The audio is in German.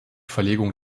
verlegung